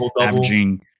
averaging